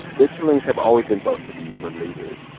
their killings have always been thought to be related.